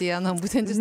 dieną būsiantis